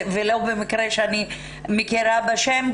ולא במקרה אני מכירה אותן בשמן,